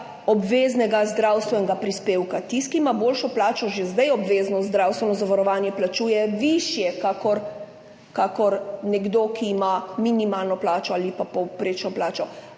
obveznega zdravstvenega prispevka. Tisti, ki ima boljšo plačo, že zdaj obvezno zdravstveno zavarovanje plačuje višje kot nekdo, ki ima minimalno plačo ali pa povprečno plačo.